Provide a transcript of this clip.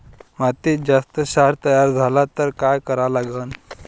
मातीत जास्त क्षार तयार झाला तर काय करा लागन?